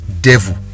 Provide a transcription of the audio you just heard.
devil